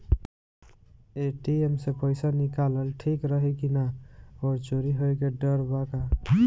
ATM से पईसा निकालल ठीक रही की ना और चोरी होये के डर बा का?